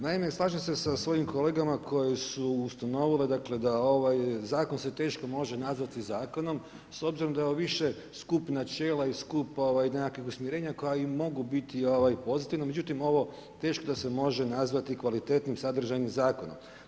Naime, slažem se sa svojim kolegama koji su ustanovili dakle da ovaj zakon se teško može nazvati zakonom s obzirom da je ovo više skup načela i skup nekakvih usmjerenja koja i mogu biti pozitivna međutim ovo teško da se može nazvati kvalitetnim, sadržajnim zakonom.